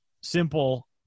simple